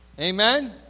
Amen